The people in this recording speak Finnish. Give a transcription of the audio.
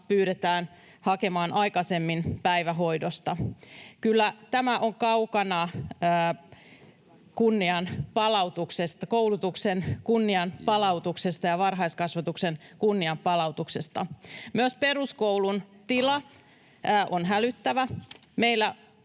pyydetään hakemaan aikaisemmin päivähoidosta. Kyllä tämä on kaukana koulutuksen kunnianpalautuksesta ja varhaiskasvatuksen kunnianpalautuksesta. Myös peruskoulun tila on hälyttävä.